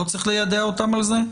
לא צריך ליידע אותם על כך?